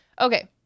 Okay